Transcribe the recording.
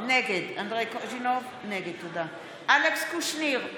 נגד אלכס קושניר,